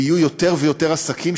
ויהיו יותר ויותר עסקים,